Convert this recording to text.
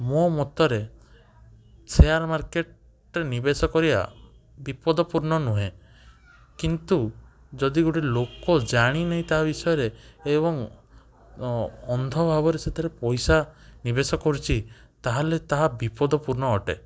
ମୋ ମତରେ ସେୟାର୍ ମାର୍କେଟରେ ନିବେଶ କରିବା ବିପଦପୂର୍ଣ୍ଣ ନୁହେଁ କିନ୍ତୁ ଯଦି ଗୋଟେ ଲୋକ ଜାଣିନି ତା'ବିଷୟରେ ଏବଂ ଅନ୍ଧ ଭାବରେ ସେଥିରେ ପଇସା ନିବେଶ କରୁଛି ତା'ହେଲେ ତାହା ବିପଦପୂର୍ଣ୍ଣ ଅଟେ